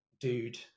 dude